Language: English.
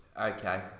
Okay